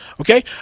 Okay